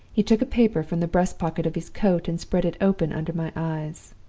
he took a paper from the breast-pocket of his coat, and spread it open under my eyes.